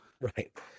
Right